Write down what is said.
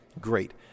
great